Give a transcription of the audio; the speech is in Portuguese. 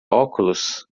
óculos